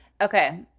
Okay